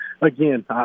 Again